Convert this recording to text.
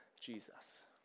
Jesus